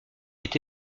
est